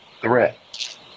Threat